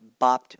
bopped